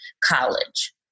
college